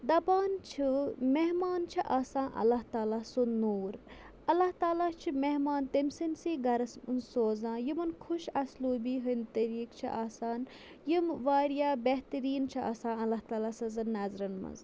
دَپان چھِ مہمان چھِ آسان اللہ تعالیٰ سُنٛد نوٗر اللہ تعالیٰ چھِ مہمان تٔمۍ سٕنٛدسٕے گَرَس منٛز سوزان یِمَن خوش اَصلوٗبی ہٕنٛدۍ طریٖقہٕ چھِ آسان یِم واریاہ بہتریٖن چھِ آسان اللہ تعالیٰ سٕنٛزَن نظرَن منٛز